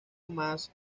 más